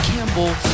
Campbell